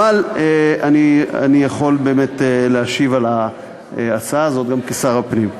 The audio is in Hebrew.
אבל אני יכול באמת להשיב על ההצעה הזאת גם כשר הפנים.